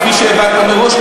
אבל כפי שהבנת מראש,